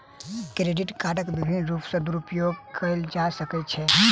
credit कार्डक विभिन्न रूप सॅ दुरूपयोग कयल जा सकै छै